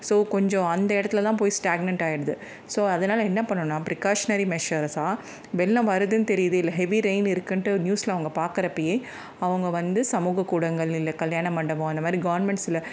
so கொஞ்சம் அந்த இடத்துலல்லாம் போய் ஸ்டாக்னெண்ட் ஆகிடுது ஸோ அதனால் என்ன பண்ணுனால் ப்ரிகாஷனரி மெஷர்ஸாக வெள்ளம் வருதுன் தெரியுது இல்லை ஹெவி ரெயின் இருக்குதுன்ட்டு நியூஸில் அவங்க பார்க்குறப்பையே அவங்க வந்து சமூகக்கூடங்கள் இல்லை கல்யாண மண்டபம் இந்த மாதிரி கவர்மெண்ட்ஸில்